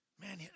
Man